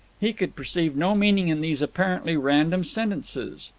he could perceive no meaning in these apparently random sentences.